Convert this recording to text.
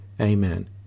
Amen